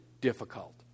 difficult